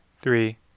Three